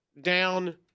down